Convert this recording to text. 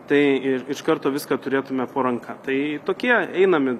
tai ir iš karto viską turėtume po ranka tai tokie einami